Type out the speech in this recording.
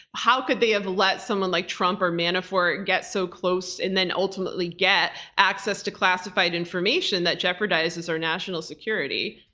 how could they have let someone like trump or manafort get so close and then ultimately get access to classified information that jeopardizes our national security?